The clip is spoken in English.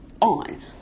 on